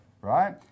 right